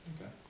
Okay